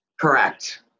Correct